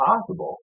possible